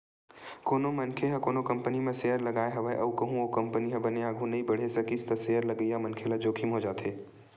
कोनो मनखे ह कोनो कंपनी म सेयर लगाय हवय अउ कहूँ ओ कंपनी ह बने आघु नइ बड़हे सकिस त सेयर लगइया मनखे ल जोखिम हो जाथे